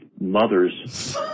mothers